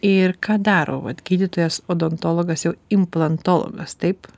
ir ką daro vat gydytojas odontologas jau implantologas taip